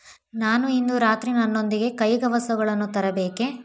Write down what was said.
ನಾನು ಇಂದು ರಾತ್ರಿ ನನ್ನೊಂದಿಗೆ ಕೈಗವಸುಗಳನ್ನು ತರಬೇಕೆ